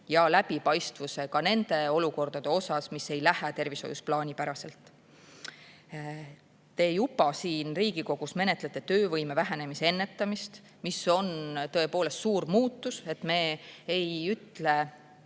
ja läbipaistvuse ka nendes olukordades, mis ei lähe tervishoius plaanipäraselt. Te juba siin Riigikogus menetlete töövõime vähenemise ennetamise [eelnõu], mis on tõepoolest suur muutus. Me ei ütle